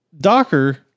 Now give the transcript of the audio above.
Docker